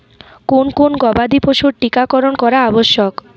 কোন কোন গবাদি পশুর টীকা করন করা আবশ্যক?